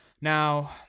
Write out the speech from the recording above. Now